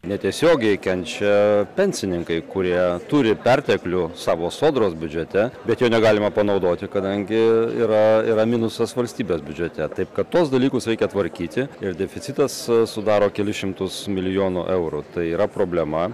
netiesiogiai kenčia pensininkai kurie turi perteklių savo sodros biudžete bet jo negalima panaudoti kadangi yra yra minusas valstybės biudžete taip kad tuos dalykus reikia tvarkyti ir deficitas sudaro kelis šimtus milijonų eurų tai yra problema